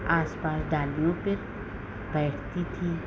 आस पास डालियों पर बैठती थी